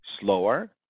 slower